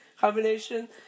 combination